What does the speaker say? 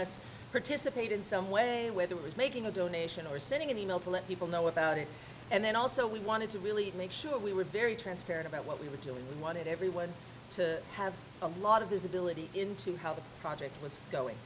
us participate in some way whether it was making a donation or sending an e mail to let people know about it and then also we wanted to really make sure we were very transparent about what we were doing we wanted everyone to have a lot of this ability into how the project was going